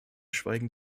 schweigen